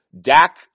Dak